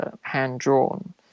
hand-drawn